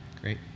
Great